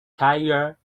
tiger